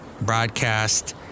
broadcast